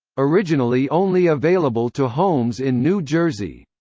originally only available to homes in new jersey.